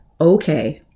okay